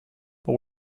but